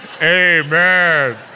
amen